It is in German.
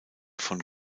von